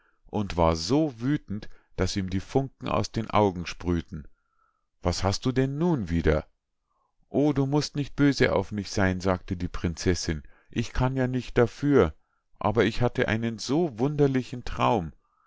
und war so wüthend daß ihm die funken aus den augen sprüh'ten was hast du denn nun wieder o du musst nicht böse auf mich sein sagte die prinzessinn ich kann ja nicht dafür aber ich hatte einen so wunderlichen traum